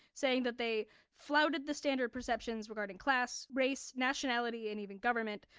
saying that they flouted the standard perceptions regarding class, race, nationality, and even government.